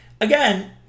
Again